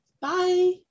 bye